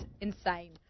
insane